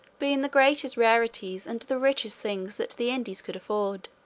being the greatest rarities and the richest things that the indies could afford.